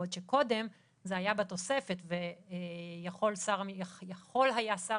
בעוד שקודם זה היה בתוספת ויכול היה שר